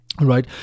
Right